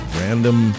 random